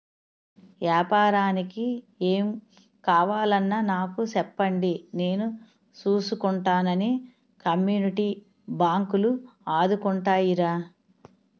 ఏపారానికి ఏం కావాలన్నా నాకు సెప్పండి నేను సూసుకుంటానని కమ్యూనిటీ బాంకులు ఆదుకుంటాయిరా